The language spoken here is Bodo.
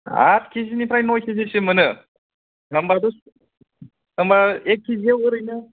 आट केजि निफ्राय नय केजि सिम मोनो होनब्लाथ' होनबा एक केजि आव ओरैनो